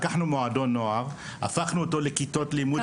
לקחנו מועדון נוער והפכנו אותו לכיתות לימוד.